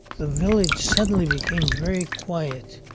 the village suddenly became very quiet.